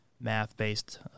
math-based